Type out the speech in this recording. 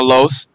Los